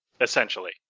essentially